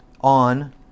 on